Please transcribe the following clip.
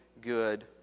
good